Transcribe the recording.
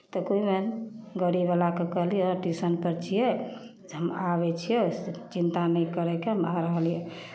तऽ कोइ नहि गाड़ीवलाके कहलियै टीशनपर छियै जे हम आबै छियौ से चिन्ता नहि करयके हम आ रहलियौ हऽ